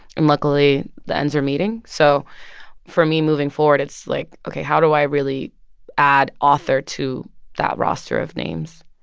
and luckily, the ends are meeting. so for me, moving forward, it's like, ok, how do i really add author to that roster of names?